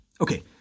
okay